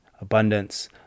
abundance